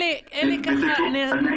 שאלת לגבי הנושא של ארבע שנים,